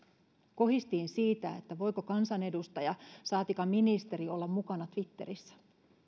kohistiin siitä voiko kansanedustaja saatikka ministeri olla mukana twitterissä